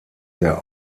der